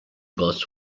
bus